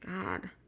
God